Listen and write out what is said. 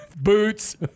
boots